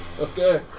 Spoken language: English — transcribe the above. Okay